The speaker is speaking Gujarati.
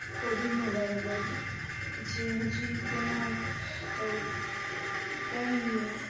ફુદીનો વાવ્યો જે હજી તેના કાંઈ